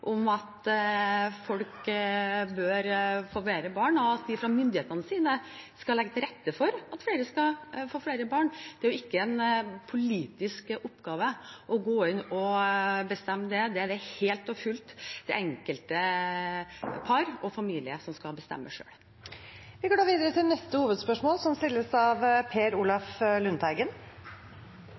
om at folk bør få flere barn, og at vi fra myndighetenes side skal legge til rette for at folk skal få flere barn. Det er ikke en politisk oppgave å bestemme det; det er det helt og fullt det enkelte par og den enkelte familie som selv skal bestemme. Vi går videre til neste hovedspørsmål.